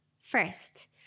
First